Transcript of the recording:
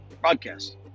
broadcast